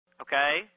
Okay